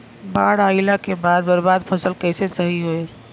बाढ़ आइला के बाद बर्बाद फसल कैसे सही होयी?